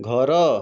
ଘର